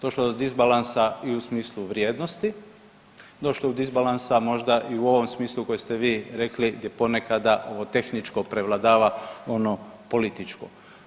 Došlo je do disbalansa i u smislu vrijednosti, došlo je do disbalansa možda i u ovom smislu koje ste vi rekli gdje ponekada ovo tehničko prevladava ono političko.